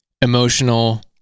emotional